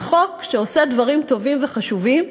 זה חוק שעושה דברים טובים וחשובים.